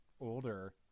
older